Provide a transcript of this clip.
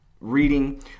reading